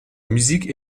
musique